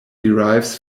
derives